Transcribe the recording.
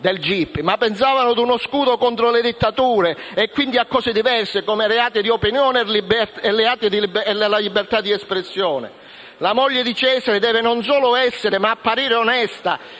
Pensavano piuttosto a uno scudo contro le dittature e quindi a cose diverse, come ai reati di opinione e alla libertà di espressione. La moglie di Cesare deve non solo essere, ma anche apparire onesta